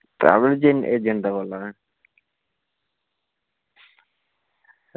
आं जी एजेंट बोल्ला ना